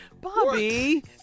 Bobby